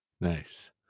Nice